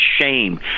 shame